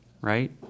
right